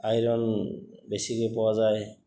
iron বেছিকৈ পোৱা যায়